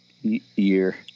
year